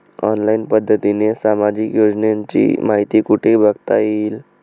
Online पद्धतीने सामाजिक योजनांची माहिती कुठे बघता येईल?